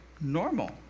normal